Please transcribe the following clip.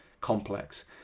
complex